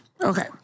Okay